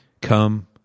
come